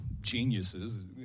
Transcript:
geniuses